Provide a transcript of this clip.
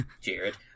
Jared